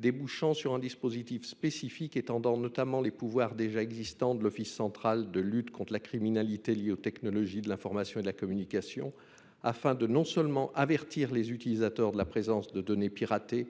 déboucherait sur un dispositif spécifique étendant notamment les pouvoirs déjà existants de l’Office central de lutte contre la criminalité liée aux technologies de l’information et de la communication, afin non seulement d’avertir les utilisateurs de la présence de données piratées